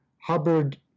Hubbard